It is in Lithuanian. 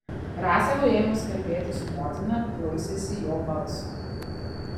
raselui ėmus kalbėti su motina klausėsi jo balso